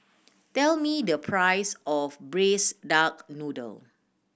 tell me the price of Braised Duck Noodle